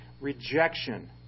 rejection